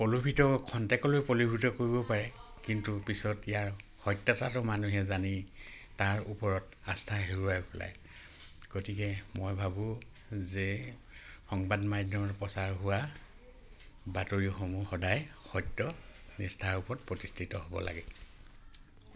প্ৰলোভিত খন্তেকলৈ প্ৰলোভিত কৰিব পাৰে কিন্তু পিছত ইয়াৰ সত্যতাটো মানুহে জানি তাৰ ওপৰত আস্থা হেৰুৱাই পেলাই গতিকে মই ভাবো যে সংবাদ মাধ্যমত প্ৰচাৰ হোৱা বাতৰিসমূহ সদায় সত্য নিষ্ঠাৰ ওপৰত প্ৰতিষ্ঠিত হ'ব লাগে